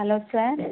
hello sir